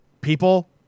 People